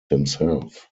himself